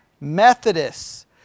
Methodists